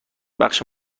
بخش